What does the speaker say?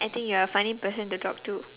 I think you're a funny person to talk to